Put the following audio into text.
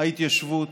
ההתיישבות,